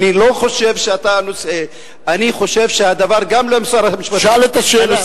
חושב שהדבר, גם לשר המשפטים, שאל את השאלה.